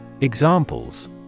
Examples